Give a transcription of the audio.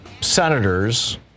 senators